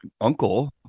uncle